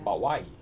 but why